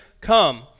come